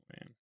man